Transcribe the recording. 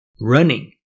running